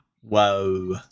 Whoa